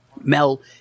Mel